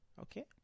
Okay